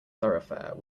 thoroughfare